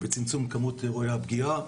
וצמצום כמות אירועי הפגיעה,